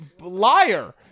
Liar